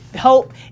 hope